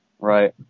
Right